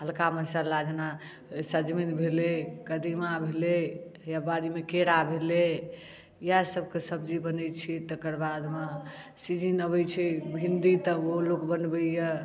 हल्का मशाला जेना सजमनि भेलै कदीमा भेलै या बाड़ी मे केरा भेलै इएह सबके सब्जी बनै छै तकरबाद मे सीजन अबै छै भिन्डी तऽ ओहो लोक बनबैया